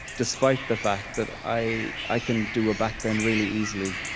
despite the fact that i i can do a backbend really easily,